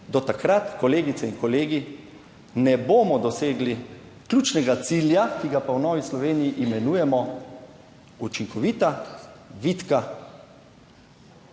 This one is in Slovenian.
do takrat, kolegice in kolegi, ne bomo dosegli ključnega cilja, ki ga pa v Novi Sloveniji imenujemo učinkovita, vitka